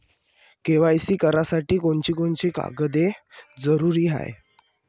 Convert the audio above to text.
KYC करासाठी कोनची कोनची कागद जरुरी हाय?